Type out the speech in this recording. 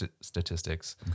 statistics